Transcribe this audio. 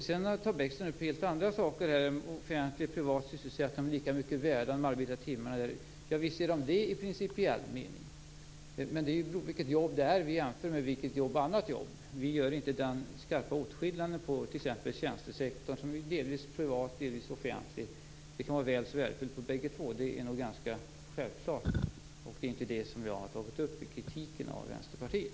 Sedan tar Bäckström upp helt andra saker, bl.a. att de arbetade timmarna i offentlig och privat sysselsättning är lika mycket värda. Visst är de det i principiell mening. Men det beror på vilket annat jobb vi jämför med. Vi gör inte den skarpa åtskillnaden inom tjänstesektorn, som delvis är privat, delvis offentlig. Det kan vara väl så värdefullt inom bägge två. Det är nog ganska självklart. Det är inte det som jag har tagit upp i kritiken av Vänsterpartiet.